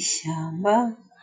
ishyamba.